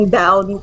down